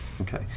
Okay